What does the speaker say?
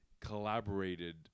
collaborated